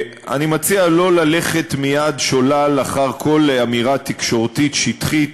אני מציע לא ללכת מייד שולל אחר כל אמירה תקשורתית שטחית,